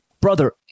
Brother